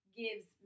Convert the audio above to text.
gives